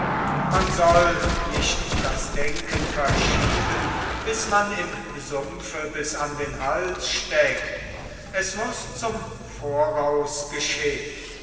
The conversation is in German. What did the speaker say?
man soll nicht das denken verschieben bis man im sumpfe bis an den hals steckt es muß zum voraus geschehn